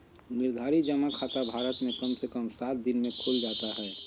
निर्धारित जमा खाता भारत मे कम से कम सात दिन मे खुल जाता हय